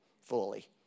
fully